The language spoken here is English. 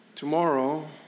Tomorrow